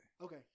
Okay